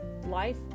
Life